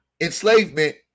enslavement